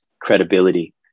credibility